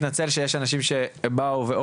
קודם כל אני מתנצל שיש אנשים שבאו ו/או